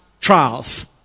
trials